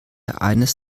eines